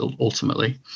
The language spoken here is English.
ultimately